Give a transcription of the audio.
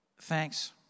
thanks